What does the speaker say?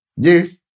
Yes